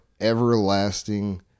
everlasting